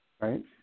Right